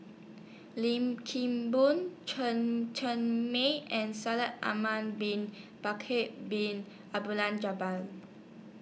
Lim Kim Boon Chen Cheng Mei and Shaikh Ahmad Bin Bakar Bin Abdullah Jabbar